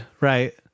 right